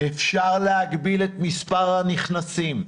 אפשר להגביל את מספר הנכנסים,